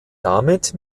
damit